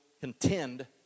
contend